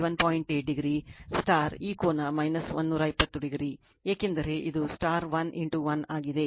8o ಈ ಕೋನ 120o ಏಕೆಂದರೆ ಇದು 1 ಇಂಟು 1 ಆಗಿದೆ